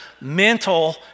mental